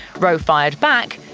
rowe fired back,